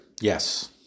Yes